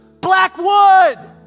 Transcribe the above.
Blackwood